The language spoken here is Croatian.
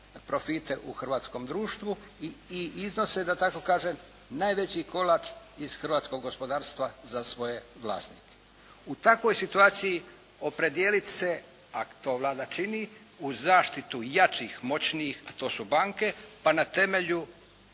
profite u hrvatskom društvu i iznose da tako kažem najveći kolač iz hrvatskog gospodarstva za svoje vlasnike. U takvoj situaciji opredijeliti se, ako to Vlada čini, uz zaštitu jačih, moćnijih a to su banke, pa na temelju